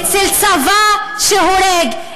אצל צבא שהורג,